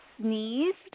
sneezed